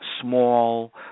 Small